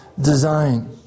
design